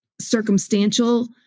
circumstantial